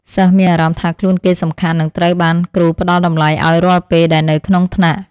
សិស្សមានអារម្មណ៍ថាខ្លួនគេសំខាន់និងត្រូវបានគ្រូផ្តល់តម្លៃឱ្យរាល់ពេលដែលនៅក្នុងថ្នាក់។